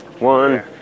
One